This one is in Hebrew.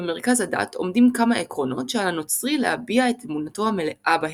במרכז הדת עומדים כמה עקרונות שעל הנוצרי להביע את אמונתו המלאה בהם.